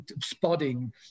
spotting